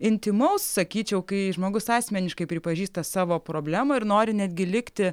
intymaus sakyčiau kai žmogus asmeniškai pripažįsta savo problemą ir nori netgi likti